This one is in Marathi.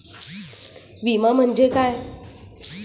विमा म्हणजे काय?